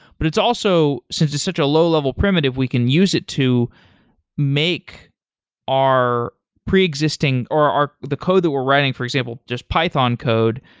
but it's also since it's such a low level primitive, we can use it to make our pre-existing, or the code that we're writing, for example, just python code,